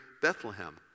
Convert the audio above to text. Bethlehem